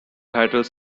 titled